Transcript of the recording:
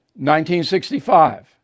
1965